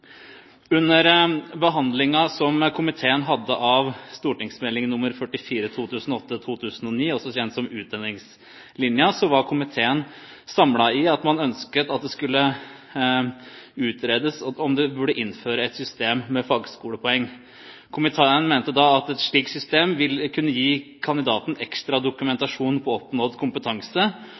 Under behandlingen som komiteen hadde av St.meld. nr. 44 for 2008–2009, også kjent som Utdanningslinja, var komiteen samlet i ønsket om at det skulle utredes om det bør innføres et system med fagskolepoeng. Komiteen mente da at «et slikt system vil gi kandidaten en ekstra dokumentasjon på oppnådd kompetanse».